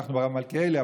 התברכנו ברב מלכיאלי,